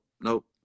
nope